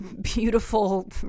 beautiful